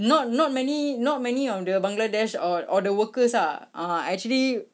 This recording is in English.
not not many not many of the bangladesh or or the workers ah are actually